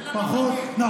פחות, ללוחמים.